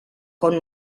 con